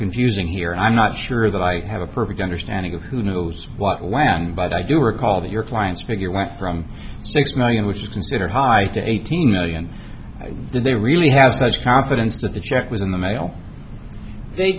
confusing here i'm not sure that i have a perfect understanding of who knows what land but i do recall that your clients figure went from six million which is considered high to eighteen million did they really have such confidence that the check was in the mail they